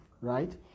right